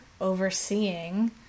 overseeing